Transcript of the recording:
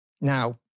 Now